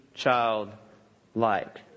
child-like